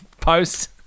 post